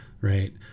right